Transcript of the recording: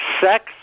Sex